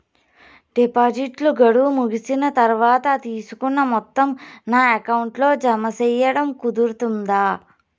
డిపాజిట్లు గడువు ముగిసిన తర్వాత, తీసుకున్న మొత్తం నా అకౌంట్ లో జామ సేయడం కుదురుతుందా?